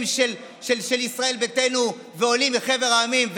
של ישראל ביתנו ועולים מחבר המדינות,